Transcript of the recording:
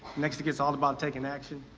next to get's all about taking action.